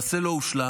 מעשה שלא הושלם,